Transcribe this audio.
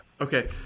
Okay